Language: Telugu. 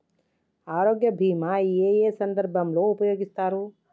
ఆరోగ్య బీమా ఏ ఏ సందర్భంలో ఉపయోగిస్తారు?